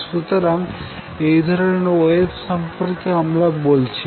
সুতরাং এই ধরনের ওয়েভের সম্পর্কে আমরা বলছি